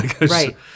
right